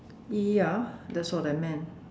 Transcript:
ya that's what I meant